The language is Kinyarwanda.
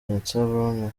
vincent